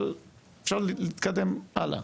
אבל אפשר להתקדם הלאה.